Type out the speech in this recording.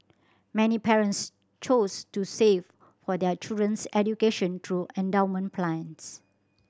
many parents chose to save for their children's education through endowment plans